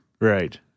Right